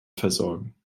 versorgen